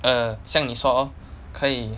err 像你说可以